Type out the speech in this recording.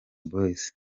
boys